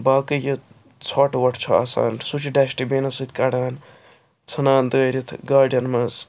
باقٕے یہِ ژھۅٹھ وۅٹھ چھُ آسان سُہ چھِ ڈَسٹہٕ بِنس سۭتۍ کَڈان ژھُنان دٲرِتھ گاڑٮ۪ن مَنٛز